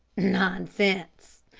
nonsense,